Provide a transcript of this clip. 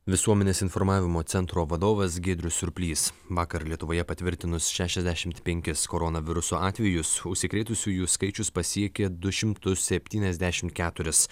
visuomenės informavimo centro vadovas giedrius surplys vakar lietuvoje patvirtinus šešiasdešimt penkis koronaviruso atvejus užsikrėtusiųjų skaičius pasiekė du šimtus septyniasdešimt keturis